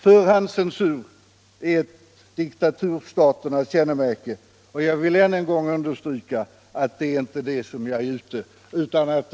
Förhandscensur är ett diktaturstaternas kännemärke. Jag vill än en gång understryka att det inte är det som jag är ute efter.